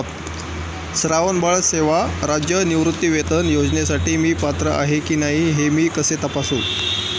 श्रावणबाळ सेवा राज्य निवृत्तीवेतन योजनेसाठी मी पात्र आहे की नाही हे मी कसे तपासू?